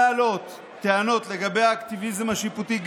אפשר להעלות טענות לגבי האקטיביזם השיפוטי,